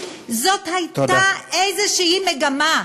זאת הייתה איזו מגמה,